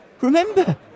Remember